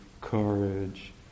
courage